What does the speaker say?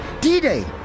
D-Day